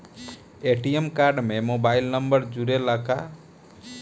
ATM card में mobile number जुरेला का?